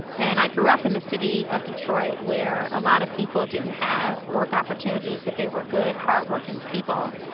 and i grew up in the city of detroit, where a lot of people didn't have work opportunities but they were good hard-working people,